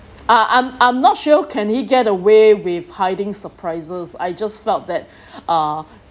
ah I'm I'm not sure can he get away with hiding surprises I just felt that uh